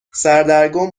سردرگم